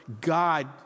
God